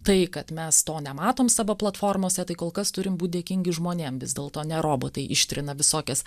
tai kad mes to nematom savo platformose tai kol kas turim būt dėkingi žmonėm vis dėlto ne robotai ištrina visokias